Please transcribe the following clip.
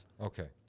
Okay